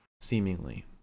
seemingly